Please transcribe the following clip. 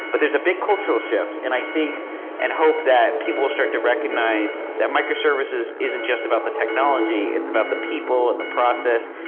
but there's a big cultural shift, and i think and hope that people will start to recognize that microservices isn't just about the technology, it's about the people, and the process,